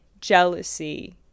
jealousy